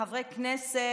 חברי כנסת,